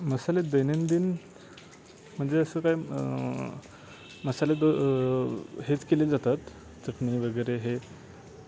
मसाले दैनंदिन म्हणजे असं काय मसाले द हेच केले जातात चटणी वगैरे हे